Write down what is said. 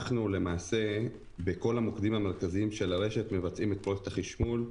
למעשה בכל המוקדים המרכזיים של הרשת אנחנו מבצעים את פרויקט החשמול,